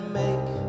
make